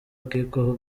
ukekwaho